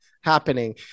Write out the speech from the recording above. happening